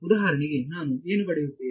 ಉದಾಹರಣೆಗೆ ನಾನು ಏನು ಪಡೆಯುತ್ತೇನೆ